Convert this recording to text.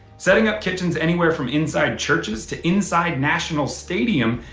setting up kitchens anywhere from inside churches to inside national stadium.